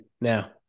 now